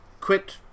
quit